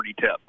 tip